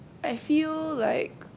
I feel like